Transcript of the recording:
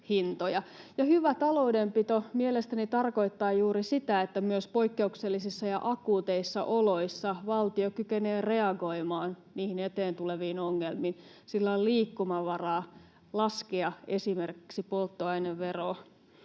hyvä taloudenpito mielestäni tarkoittaa juuri sitä, että myös poikkeuksellisissa ja akuuteissa oloissa valtio kykenee reagoimaan niihin eteen tuleviin ongelmiin — sillä on liikkumavaraa esimerkiksi laskea polttoaineveroa.